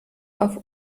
auf